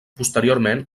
posteriorment